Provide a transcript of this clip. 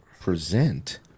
present